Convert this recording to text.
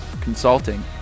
consulting